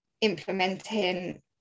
implementing